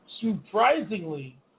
surprisingly